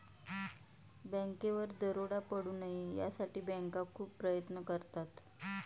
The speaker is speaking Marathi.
बँकेवर दरोडा पडू नये यासाठी बँका खूप प्रयत्न करतात